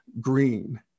green